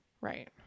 Right